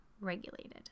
regulated